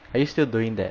are you still doing that